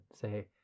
say